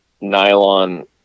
nylon